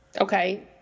Okay